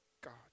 God